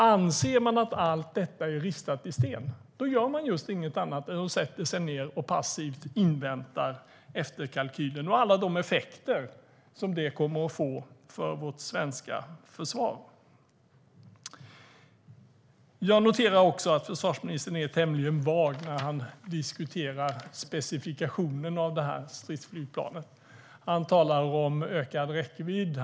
Anser man att allt detta är ristat i sten gör man just inget annat än att sätta sig ned och passivt inväntar efterkalkylen och alla de effekter som detta kommer att få för vårt svenska försvar. Jag noterar också att försvarsministern är tämligen vag när han diskuterar specifikationen för stridsflygplanet. Han talar om ökad räckvidd.